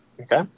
Okay